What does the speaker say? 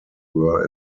were